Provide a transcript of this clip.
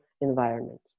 environment